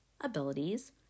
abilities